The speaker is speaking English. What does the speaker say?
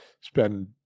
spend